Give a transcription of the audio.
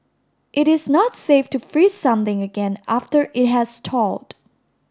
it is not safe to freeze something again after it has thawed